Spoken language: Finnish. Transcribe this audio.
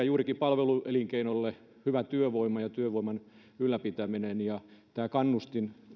juurikin palveluelinkeinolle on hyvä työvoima ja työvoiman ylläpitäminen tärkeää tämä kannustin